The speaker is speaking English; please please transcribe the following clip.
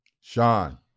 Sean